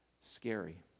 scary